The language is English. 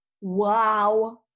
wow